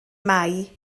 mai